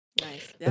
Nice